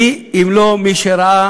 מי אם לא מי שראה